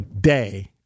day